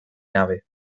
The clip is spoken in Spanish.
nave